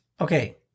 Okay